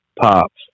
pops